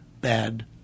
bad